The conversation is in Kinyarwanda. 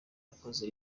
yakoze